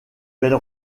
belle